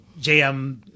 JM